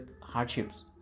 hardships